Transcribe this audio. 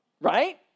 Right